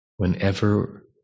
whenever